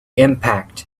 impact